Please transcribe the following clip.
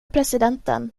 presidenten